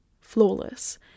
flawless